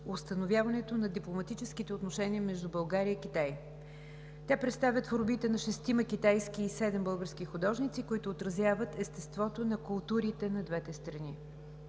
установяването на дипломатическите отношения между България и Китай. Тя представя творбите на шестима китайски и седем български художници, които отразяват естеството на културите на двете страни.